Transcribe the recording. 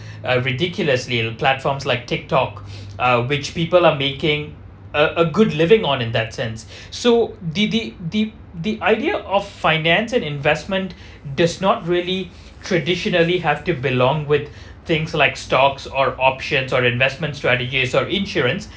uh ridiculously platforms like tick tock uh which people are making a a good living on in that sense so the the the the idea of financial investment does not really traditionally have to belong with things like stocks or options or investment strategies or insurance